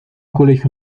colegio